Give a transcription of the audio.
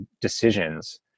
decisions